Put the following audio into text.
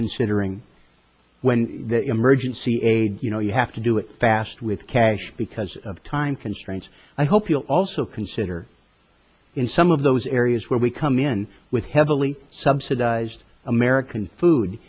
considering when emergency aid you know you have to do it fast with cash because of time constraints i hope you'll also consider in some of those areas where we come in with heavily subsidised american food